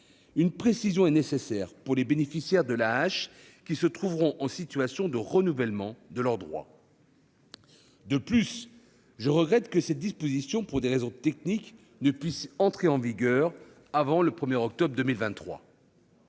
une précision est nécessaire pour les bénéficiaires de l'AAH qui se trouveront en situation de renouvellement de leurs droits. De plus, je regrette que cette déconjugalisation, pour des raisons techniques, ne puisse pas entrer en vigueur avant le 1 octobre 2023.